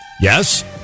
Yes